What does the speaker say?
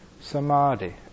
samadhi